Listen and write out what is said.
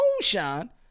Moonshine